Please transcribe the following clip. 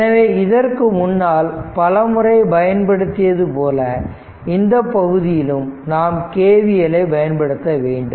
எனவே இதற்கு முன்னால் பலமுறை பயன்படுத்தியது போல இந்த பகுதியிலும் நாம் KVL ஐ பயன்படுத்த வேண்டும்